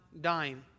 dying